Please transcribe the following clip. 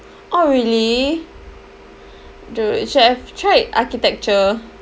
orh really dude you should have tried architecture